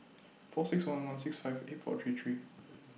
four six one one six five eight four three three